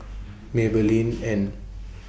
Maybelline and